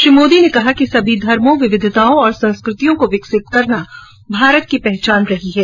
श्री मोदी ने कहा कि सभी धर्मों विविधताओं और संस्कृतियों को विकसित करना भारत की पहचान रही है